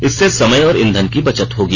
इससे समय और ईधन की बचत होगी